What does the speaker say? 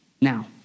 Now